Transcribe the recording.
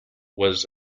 was